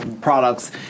products